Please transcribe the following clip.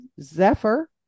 Zephyr